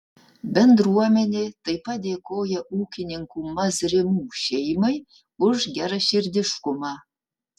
bendruomenė taip pat dėkoja ūkininkų mazrimų šeimai už geraširdiškumą